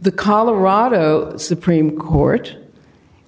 the colorado supreme court